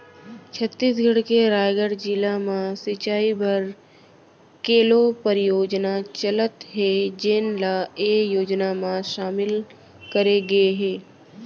छत्तीसगढ़ के रायगढ़ जिला म सिंचई बर केलो परियोजना चलत हे जेन ल ए योजना म सामिल करे गे हे